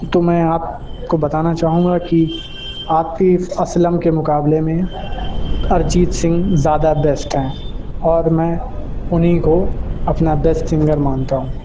تو میں آپ کو بتانا چاہوں گا کہ عاطف اسلم کے مقابلے میں ارجیت سنگھ زیادہ بیسٹ ہیں اور میں انہیں کو اپنا بیسٹ سنگر مانتا ہوں